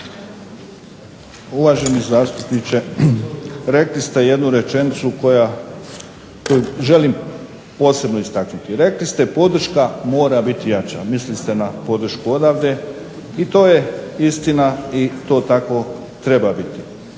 Uvaženi zastupniče rekli ste jednu rečenicu koju želim posebno istaknuti, rekli ste podrška mora biti jača, mislili ste na podršku odavde i to je istina i to tako treba biti.